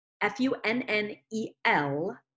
F-U-N-N-E-L